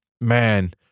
man